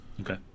Okay